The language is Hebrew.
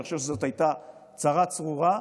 שאני חושב שזו הייתה צרה צרורה,